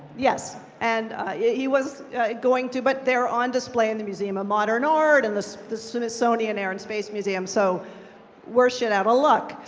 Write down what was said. yes. and yeah he was going to, but they're on display in the museum of modern art and the the smithsonian air and space museum, so we're shit outta luck.